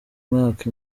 mwaka